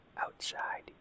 outside